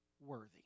worthy